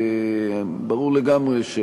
ברור לגמרי,